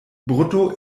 brutto